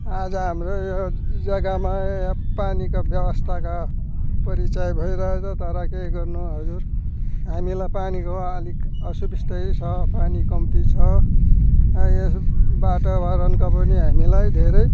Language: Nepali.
आज हाम्रो यो जग्गामा यहाँ पानीको व्यवस्थाका परिचय भइरहेको तर के गर्नु हजुर हामीलाई पानीको अलिक असुबिस्तै छ पानी कम्ती छ यस बाटो भएर अन्त पनि हामीलाई धेरै